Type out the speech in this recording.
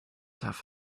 have